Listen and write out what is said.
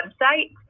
website